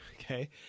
Okay